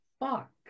Fuck